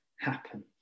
happen